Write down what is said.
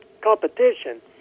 competition